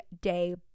day